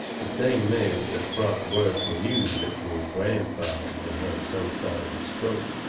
the same mail that brought word from you that your grandfather had had some sort of a stroke,